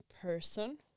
person